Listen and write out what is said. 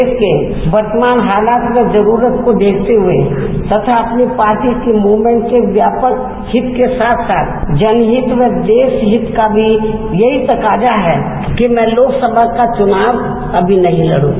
देश के वर्तमान हालात में ज़रूरत को देखते हए तथा अपनी मूवमेंट के व्यापक हित के साथ साथ जनहित में देश हित का भी यही तकाज़ा है मैं लोकसभा का चुनाव अभी नहीं लड़ूं